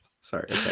Sorry